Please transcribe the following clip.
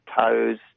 toes